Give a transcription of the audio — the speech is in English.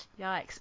Yikes